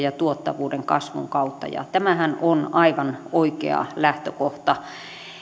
ja tuottavuuden kasvun kautta ja tämähän on aivan oikea lähtökohta